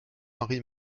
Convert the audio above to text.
henri